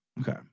Okay